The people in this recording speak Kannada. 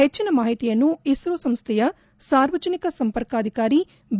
ಹೆಚ್ಚಿನ ಮಾಹಿತಿಯನ್ನು ಇಸ್ತೋ ಸಂಸ್ಟೆಯ ಸಾರ್ವಜನಿಕ ಸಂಪರ್ಕಾಧಿಕಾರಿ ಬಿ